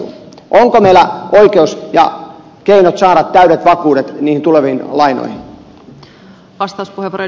onko meillä oikeus ja keinot saada täydet vakuudet niihin tuleviin lainoihin